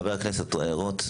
חבר הכנסת רוט.